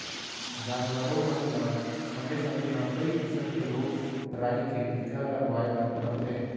जानवरों मन ल समे समे म कई किसम के रोग राई के टीका लगवाए बर परथे